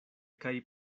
kaj